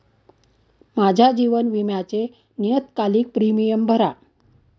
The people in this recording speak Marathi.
माझ्या जीवन विम्याचे नियतकालिक प्रीमियम भरा